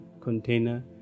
container